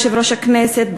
יושב-ראש הכנסת,